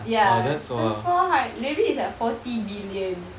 ya so four hund~ maybe it's like forty billion